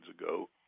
ago